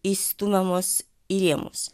įstumiamos į rėmus